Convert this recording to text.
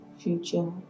future